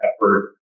effort